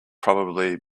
probably